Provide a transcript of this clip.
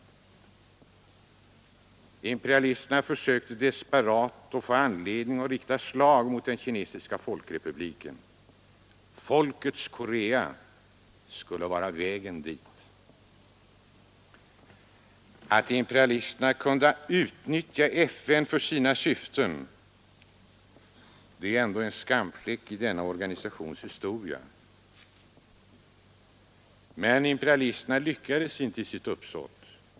Imperialisterna försökte desperat att få anledning att rikta slag mot den kinesiska folkrepubliken. Folkets Korea skulle vara vägen dit. Att imperialisterna kunde utnyttja FN för sina syften är en skamfläck i denna organisations historia. Men imperialisterna lyckades inte i sitt uppsåt.